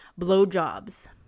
blowjobs